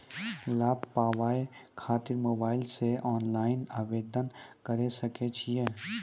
लाभ पाबय खातिर मोबाइल से ऑनलाइन आवेदन करें सकय छियै?